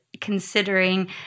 considering